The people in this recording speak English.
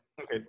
Okay